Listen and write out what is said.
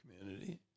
community